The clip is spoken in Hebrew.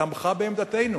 תמכה בעמדתנו